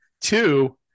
Two